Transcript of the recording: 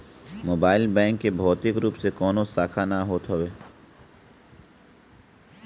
mobile bank के भौतिक रूप से कवनो शाखा ना होत हवे